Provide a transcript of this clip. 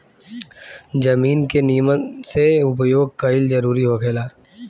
जमीन के निमन से उपयोग कईल जरूरी होखेला